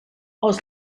els